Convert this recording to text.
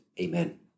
Amen